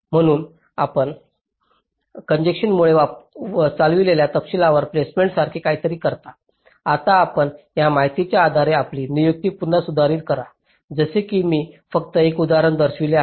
म्हणून आपण कॉन्जेन्शन्समुळे चालविलेल्या तपशीलवार प्लेसमेंटसारखे काहीतरी करता आता आपण या माहितीच्या आधारे आपली नियुक्ती पुन्हा सुधारित करा जसे की मी फक्त एक उदाहरण दर्शवित आहे